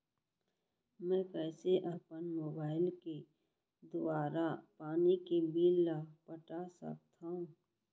मैं कइसे अपन मोबाइल के दुवारा पानी के बिल ल पटा सकथव?